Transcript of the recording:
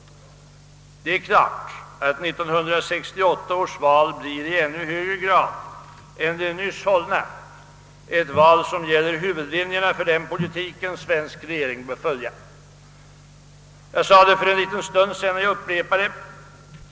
Det är klart att 1968 års val i ännu högre grad än det nyss hållna kommer att gälla huvudlinjerna för den politik en svensk regering bör föra.